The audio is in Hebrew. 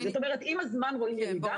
זאת אומרת, עם הזמן רואים ירידה.